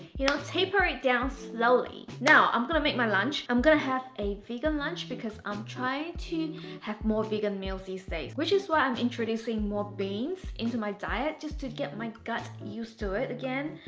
you know, taper it down slowly. now, i'm gonna make my lunch. i'm gonna have a vegan lunch because i'm trying to have more vegan meals these days, which is why i'm introducing more beans into my diet just to get my gut used to it again.